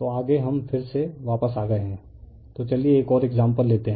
transformer continued तो आगे हम फिर से वापस आ गए हैं तो चलिए एक और एक्साम्पल लेते हैं